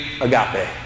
agape